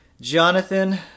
Jonathan